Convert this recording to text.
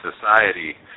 society